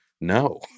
no